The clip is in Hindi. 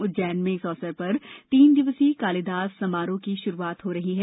उज्जैन में इस अवसर पर तीन दिवसीय कालीदास समारोह की शुरुआत हो रही है